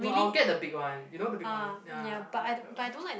no I will get the big one you know the big one ya like the